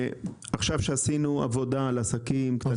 עשינו עבודה על עסקים קטנים,